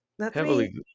heavily